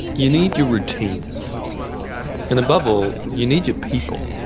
you need your routines and, above all, you need your people.